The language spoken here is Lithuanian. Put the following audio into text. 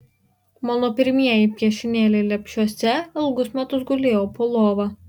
mano pirmieji piešinėliai lepšiuose ilgus metus gulėjo po lova